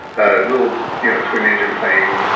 a little you know twin engine plane.